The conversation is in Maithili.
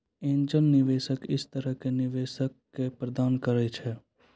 एंजल निवेशक इस तरह के निवेशक क प्रदान करैय छै